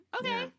Okay